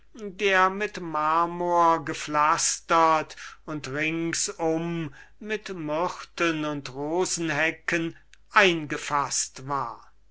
der mit marmor gepflastert und ringsum mit myrten und rosenhecken eingefaßt war